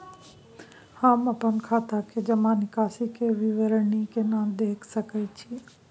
हम अपन खाता के जमा निकास के विवरणी केना देख सकै छी?